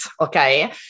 okay